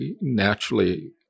naturally